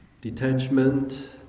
Detachment